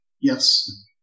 Yes